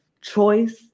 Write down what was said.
choice